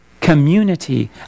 community